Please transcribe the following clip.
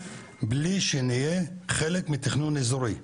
בלי שנהיה חלק מתכנון אזורי,